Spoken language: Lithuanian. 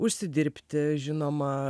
užsidirbti žinoma